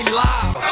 live